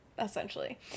essentially